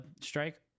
strike